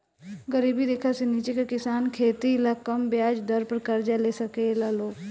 गरीबी रेखा से नीचे के किसान खेती ला कम ब्याज दर पर कर्जा ले साकेला लोग